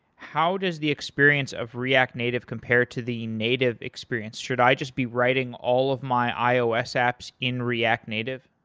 how does the experience of react native compared to the native experience? should i just be writing all of my ios apps in react native?